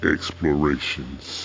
Explorations